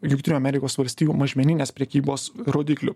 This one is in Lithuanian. jungtinių amerikos valstijų mažmeninės prekybos rodiklių